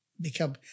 become